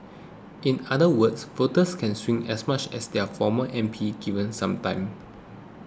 in other words voters can swing as much as their former M P given some time